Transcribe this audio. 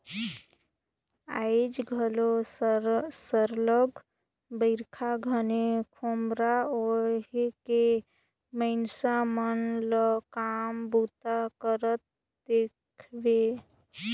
आएज घलो सरलग बरिखा घनी खोम्हरा ओएढ़ के मइनसे मन ल काम बूता करत देखबे